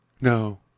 No